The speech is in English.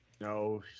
No